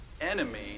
enemy